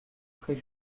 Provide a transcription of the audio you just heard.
prés